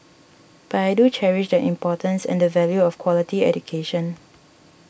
but I do cherish the importance and the value of quality education